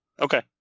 Okay